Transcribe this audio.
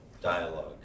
dialogue